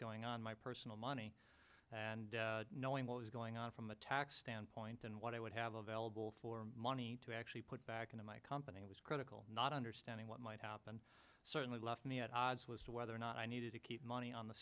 going on my personal money and knowing what was going on from a tax standpoint and what i would have available for money to actually put back into my company was critical not understanding what might happen certainly left me at odds with whether or not i needed to keep money on the